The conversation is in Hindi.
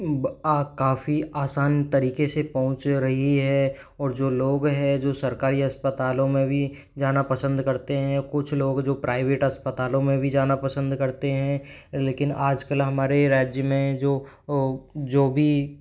काफ़ी आसान तरीके से पहुँच रही है और जो लोग है जो सरकारी अस्पतालों मे भी जाना पसंद करते है कुछ लोग जो प्राइवेट अस्पतालों में भी जाना पसंद करते है लेकिन आजकल हमारे राज्य में जो जो भी